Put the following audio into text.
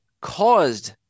caused